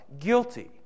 guilty